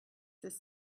this